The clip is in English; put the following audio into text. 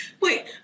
Wait